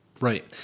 Right